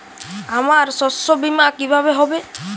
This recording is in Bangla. আমার শস্য বীমা কিভাবে হবে?